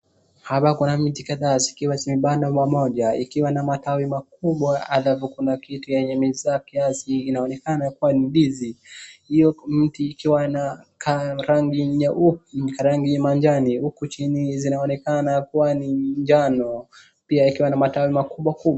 Hapa kuna miti kadha zikiwa zimepandwa pamoja , ikiwa na matawi makubwa alafu kuna kitu yenye imeza kiasi inaonekana kuwa ni ndizi . Hiyo mti ikiwa na ka rangi nyeu rangi majani huku chini zinaonekana kuwa ni njano pia ikiwa na majani makubwa kubwa.